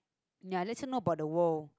ya let's say know about the world